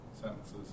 sentences